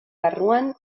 barruan